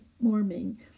warming